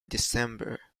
december